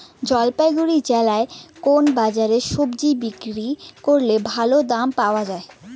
জলপাইগুড়ি জেলায় কোন বাজারে সবজি বিক্রি করলে ভালো দাম পাওয়া যায়?